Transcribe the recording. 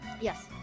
Yes